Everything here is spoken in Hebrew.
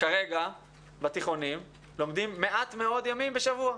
כרגע בתיכונים לומדים מעט מאוד ימים בשבוע.